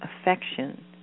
affection